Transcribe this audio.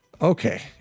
Okay